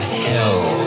hell